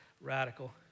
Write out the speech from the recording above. radical